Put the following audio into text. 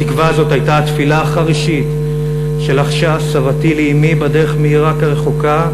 התקווה הזאת הייתה התפילה החרישית שלחשה סבתי לאמי בדרך מעיראק הרחוקה